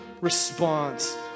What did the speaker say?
response